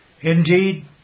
Indeed